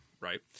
Right